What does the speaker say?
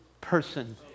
person